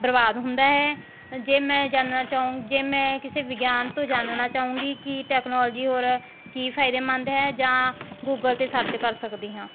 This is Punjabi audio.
ਬਰਬਾਦ ਹੁੰਦਾ ਹੈ ਜੇ ਮੈਂ ਜਾਣਨਾ ਚਾਹੂੰ ਜੇ ਮੈਂ ਕਿਸੇ ਵਿਗਿਆਨ ਤੋਂ ਜਾਣਨਾ ਚਾਹੂੰਗੀ ਕਿ ਟੈਕਨੋਲੋਜੀ ਹੋਰ ਕੀ ਫ਼ਾਇਦੇਮੰਦ ਹੈ ਜਾਂ ਗੂਗਲ 'ਤੇ ਸਰਚ ਕਰ ਸਕਦੀ ਹਾਂ